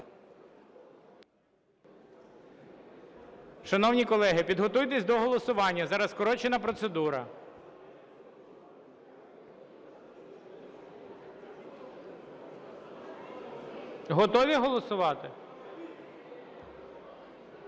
Шановні колеги, підготуйтесь до голосування. Зараз скорочена процедура. Готові голосувати? Ставлю на голосування